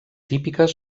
típiques